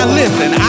listen